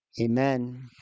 Amen